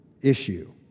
issue